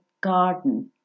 garden